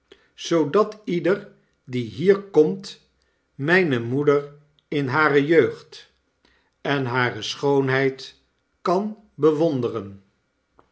zoodat ieder die hier komt myne moeder in hare jeugd en hare schoonheid kan bewonderen